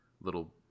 little